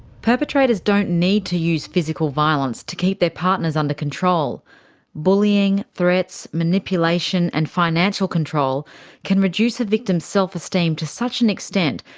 perpetrators don't need to use physical violence to keep their partners under control bullying, threats, manipulation and financial control can reduce a victim's self-esteem to such an extent,